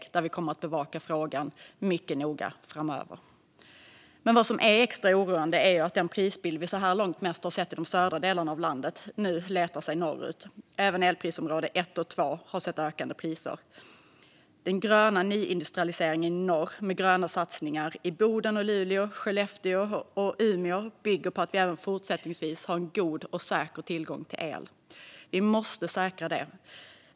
Regeringen kommer att bevaka frågan mycket noga framöver. Det är extra oroande att den prisbild man så här långt mest sett i de södra delarna av landet nu letar sig norrut. Även elprisområde 1 och 2 har sett ökande priser. Den gröna nyindustrialiseringen i norr med satsningar i Boden, Luleå, Skellefteå och Umeå bygger på att det även fortsättningsvis finns god och säker tillgång till el. Vi måste säkra den.